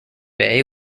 bay